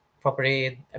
properly